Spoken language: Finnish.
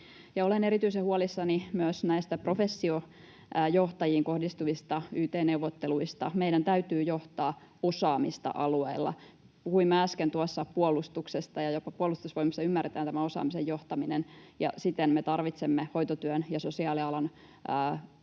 Olen erityisen huolissani myös näistä professiojohtajiin kohdistuvista yt-neuvotteluista. Meidän täytyy johtaa osaamista alueilla. Puhuimme äsken tuossa puolustuksesta, ja jopa Puolustusvoimissa ymmärretään tämä osaamisen johtaminen, ja siten me tarvitsemme hoitotyön ja sosiaalialan